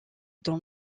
dans